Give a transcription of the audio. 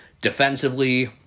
defensively